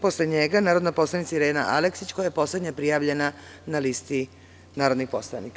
Posle njega je narodna poslanica Irena Aleksića, koja je poslednja prijavljena na listi narodnih poslanika.